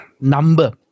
number